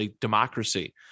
democracy